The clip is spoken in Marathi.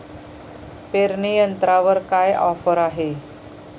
पेरणी यंत्रावर काय ऑफर आहे?